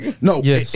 no